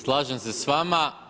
Slažem se s vama.